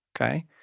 okay